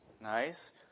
Nice